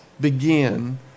begin